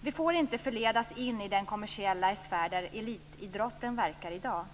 Vi får inte förledas in i den kommersiella sfär där elitidrotten verkar i dag.